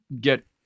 get